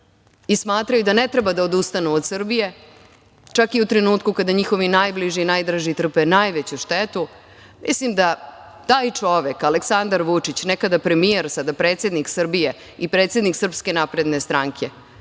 i smatraju da ne smeju da odustanu od Srbije, čak i u trenutku kada njihovi najbliži i najdraži trpe najveću štetu, i mislim da taj čovek Aleksandar Vučić, nekada premijer, sada predsednik Srbije i predsednik SNS, najmanje što je